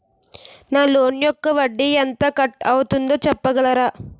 నా లోన్ యెక్క వడ్డీ ఎంత కట్ అయిందో చెప్పగలరా?